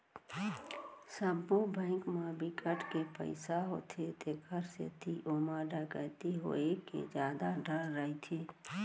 सबो बेंक म बिकट के पइसा होथे तेखर सेती ओमा डकैती होए के जादा डर रहिथे